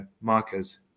markers